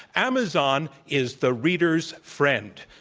amazon is the reader's friend,